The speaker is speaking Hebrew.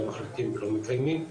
לא מחליטים ולא מקיימים,